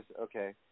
Okay